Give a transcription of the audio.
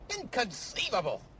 Inconceivable